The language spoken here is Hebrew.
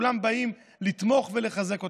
באים לתמוך ולחזק אותם.